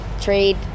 trade